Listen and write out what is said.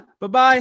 bye-bye